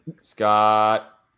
Scott